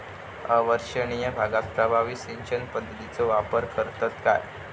अवर्षणिय भागात प्रभावी सिंचन पद्धतीचो वापर करतत काय?